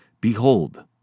Behold